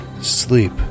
Sleep